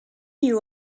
you